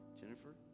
Jennifer